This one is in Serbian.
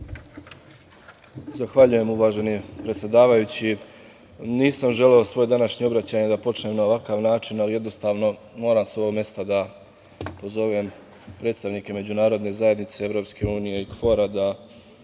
Zahvaljujem, uvaženi predsedavajući. Nisam želeo svoje današnje obraćanje da počnem na ovakav način, ali jednostavno moram sa ovog mesta da pozovem predstavnike međunarodne zajednice, Evropske